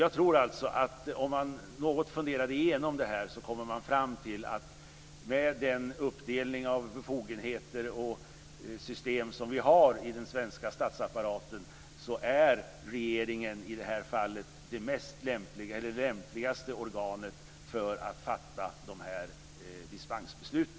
Jag tror alltså att om man något funderar igenom detta kommer man fram till att regeringen är det lämpligaste organet för att fatta de här dispensbesluten med den uppdelning av befogenheter och det system som vi har i den svenska statsapparaten.